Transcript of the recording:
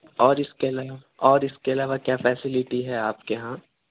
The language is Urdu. اور اِس کے علاوہ اور اِس کے علاوہ کیا فیسلٹی ہے آپ کے یہاں